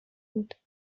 بود